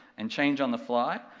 and change on the fly,